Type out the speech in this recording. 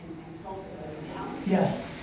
and profit goes down. yes.